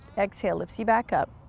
exhale lifts you back up.